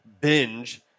binge